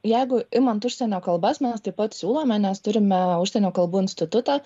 jeigu imant užsienio kalbas mes taip pat siūlome nes turime užsienio kalbų institutą